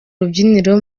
rubyiniro